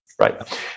Right